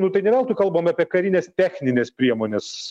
nu tai ne veltui kalbame apie karines technines priemones